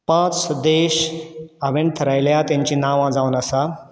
पांच देश हांवें थरायल्या तांचीं नांवां जावन आसा